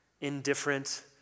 indifferent